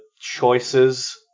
choices